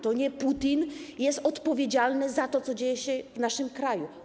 To nie Putin jest odpowiedzialny za to, co dzieje się w naszym kraju.